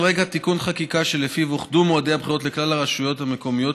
על רקע תיקון חקיקה שלפיו אוחדו מועדי הבחירות לכלל הרשויות המקומיות,